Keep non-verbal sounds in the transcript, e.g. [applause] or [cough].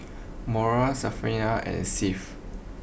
[noise] Moriah Stephania and Seth